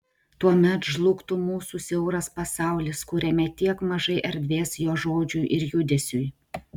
tuomet žlugtų mūsų siauras pasaulis kuriame tiek mažai erdvės jo žodžiui ir judesiui